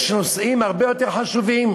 יש נושאים הרבה יותר חשובים.